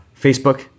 Facebook